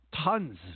tons